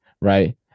right